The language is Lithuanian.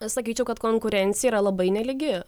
aš sakyčiau kad konkurencija yra labai nelygi